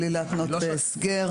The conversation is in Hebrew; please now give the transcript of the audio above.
בלי להתנות בהסגר,